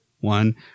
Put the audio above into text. one